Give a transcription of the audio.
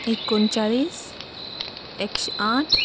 एकोण चाळीस एकशे आठ